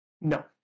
No